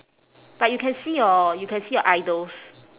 but you can see your you can see your idols